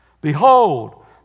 Behold